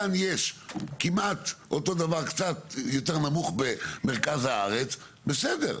כאן יש כמעט אותו דבר קצת יותר נמוך ממרכז הארץ בסדר,